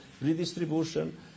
Redistribution